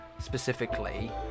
Specifically